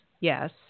yes